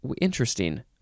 interesting